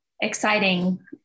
exciting